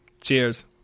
cheers